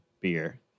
beer